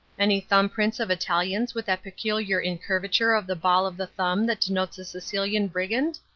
any thumb-prints of italians with that peculiar incurvature of the ball of the thumb that denotes a sicilian brigand?